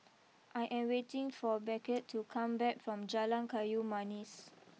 I am waiting for Beckett to come back from Jalan Kayu Manis